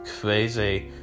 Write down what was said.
crazy